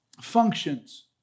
functions